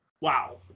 Wow